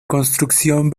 construcción